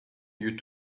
you